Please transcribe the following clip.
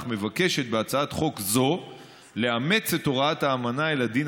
אך מבקשת בהצעת חוק זו לאמץ את הוראת האמנה אל הדין